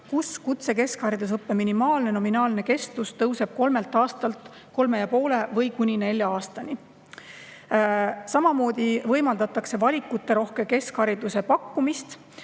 kus kutsekeskhariduse õppe minimaalne nominaalne kestus tõuseb kolmelt aastalt kolme ja poole või kuni nelja aastani. Samamoodi võimaldatakse valikuterohke keskhariduse pakkumist,